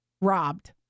robbed